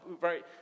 right